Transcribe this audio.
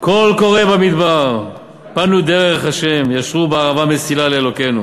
קול קורא במדבר פנו דרך ה' ישרו בערבה מסִלה לאלקינו,